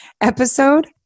episode